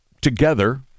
together